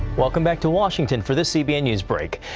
welcome back to washington for this cbn newsbreak.